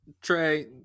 Trey